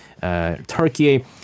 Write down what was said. Turkey